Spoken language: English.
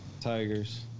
Tigers